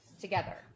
together